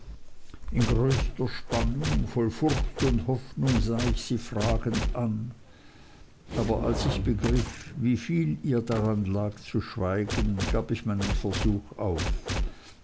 in größter spannung voll furcht und hoffnung sah ich sie fragend an aber als ich begriff wie viel ihr daran lag zu schweigen gab ich meinen versuch auf